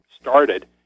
started